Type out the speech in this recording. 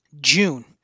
June